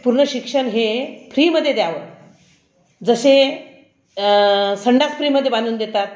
पूर्ण शिक्षण हे फ्रीमध्ये द्यावं जसे संडास फ्रीमध्ये बांधून देतात